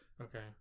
okay